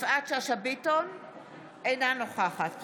אינה נוכחת